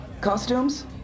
Costumes